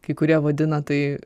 kai kurie vadina tai